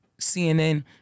CNN